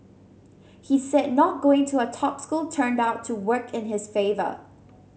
he said not going to a top school turned out to work in his favour